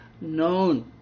known